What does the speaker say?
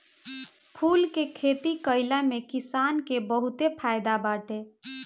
फूल के खेती कईला में किसान के बहुते फायदा बाटे